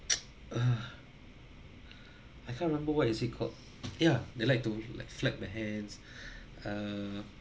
ugh I can't remember what is it called ya they like to like flap the hands err